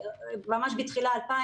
גם בגרות,